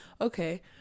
Okay